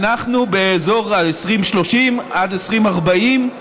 אנחנו באזור 2030 עד 2040,